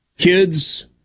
kids